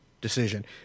decision